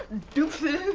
deuces,